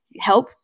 help